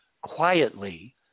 quietly